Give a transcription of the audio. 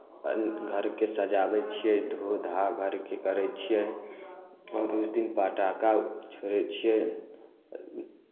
घरकेँ सजाबै छियै धोऽ धा घरकेँ करै छियै आओर उस दिन पटाखा छोड़ै छियै